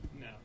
No